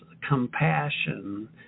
compassion